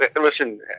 listen